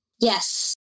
Yes